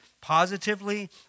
positively